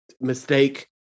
mistake